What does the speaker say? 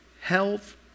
health